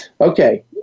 Okay